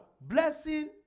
blessing